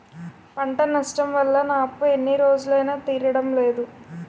పంట నష్టం వల్ల నా అప్పు ఎన్ని రోజులైనా తీరడం లేదు